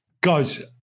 Guys